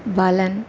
வளன்